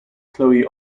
chloe